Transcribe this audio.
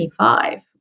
25